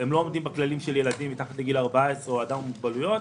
הם לא עומדים בכללים של ילדים מתחת לגיל 14 או אדם עם מוגבלויות.